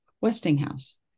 Westinghouse